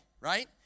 right